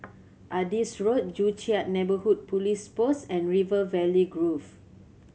Adis Road Joo Chiat Neighbourhood Police Post and River Valley Grove